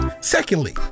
Secondly